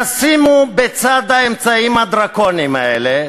תשימו בצד האמצעים הדרקוניים האלה,